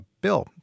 Bill